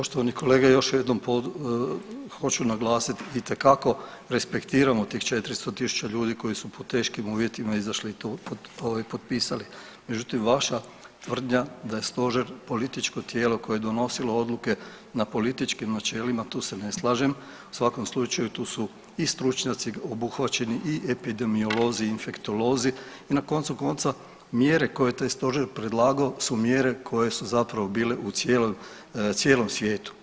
Poštovani kolega, još jednom hoću naglasit itekako respektiramo tih 400 tisuća ljudi koji su pod teškim uvjetima izašli i to ovaj potpisali, međutim vaša tvrdnja da je stožer političko tijelo koje je donosilo odluke na političkim načelima tu se ne slažem, u svakom slučaju tu su i stručnjaci obuhvaćeni i epidemiolozi i infektolozi i na koncu konca mjere koje je taj stožer predlagao su mjere koje su zapravo bile u cijelom svijetu.